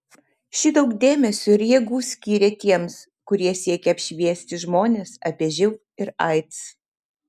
ši daug dėmesio ir jėgų skyrė tiems kurie siekia apšviesti žmones apie živ ir aids